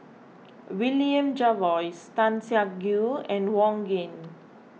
William Jervois Tan Siak Kew and Wong Keen